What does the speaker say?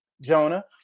Jonah